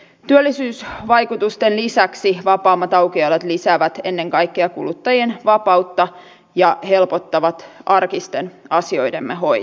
työllisyysvaikutusten lisäksi vapaammat aukioloajat lisäävät ennen kaikkea kuluttajien vapautta ja helpottavat arkisten asioidemme hoitoa